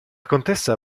contessa